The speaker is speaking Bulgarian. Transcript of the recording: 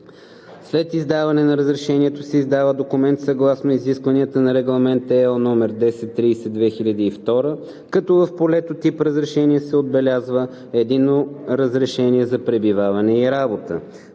След издаване на разрешението се издава документ съгласно изискванията на Регламент (ЕО) № 1030/2002, като в полето „тип разрешение“ се отбелязва „единно разрешение за пребиваване и работа“.